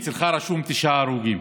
אצלך רשומים תשעה הרוגים.